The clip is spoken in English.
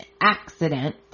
accident